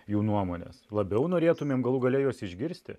jų nuomonės labiau norėtumėm galų gale juos išgirsti